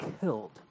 killed